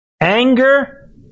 Anger